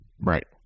Right